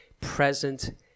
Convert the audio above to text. present